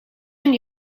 aan